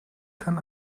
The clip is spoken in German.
kann